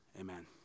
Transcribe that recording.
Amen